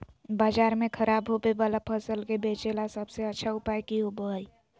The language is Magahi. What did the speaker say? बाजार में खराब होबे वाला फसल के बेचे ला सबसे अच्छा उपाय की होबो हइ?